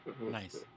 Nice